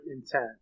intent